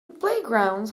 playgrounds